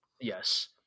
Yes